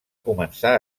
començar